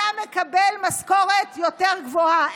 אתה מקבל משכורת יותר גבוהה.